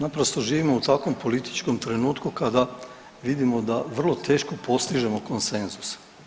Naprosto živimo u takvom političkom trenutku kada vidimo da vrlo teško postižemo konsenzus.